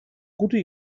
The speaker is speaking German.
gute